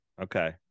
Okay